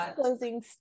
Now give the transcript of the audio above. closing